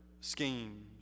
schemes